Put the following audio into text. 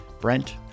Brent